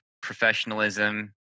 professionalism